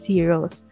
Heroes